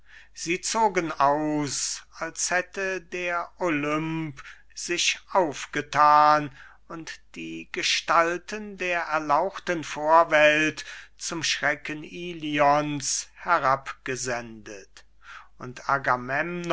sie zogen aus als hätte der olymp sich aufgethan und die gestalten der erlauchten vorwelt zum schrecken ilions herabgesendet und